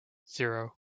zero